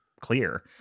clear